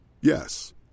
Yes